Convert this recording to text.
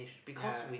ya